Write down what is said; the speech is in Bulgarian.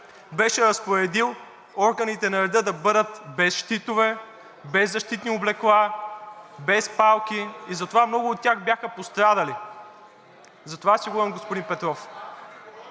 беше разпоредил органите на реда да бъдат без щитове, без защитни облекла, без палки и затова много от тях бяха пострадали. За това си говорим, господин Петров.